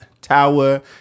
tower